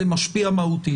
זה משפיע מהותית.